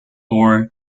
ore